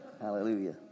Hallelujah